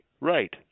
right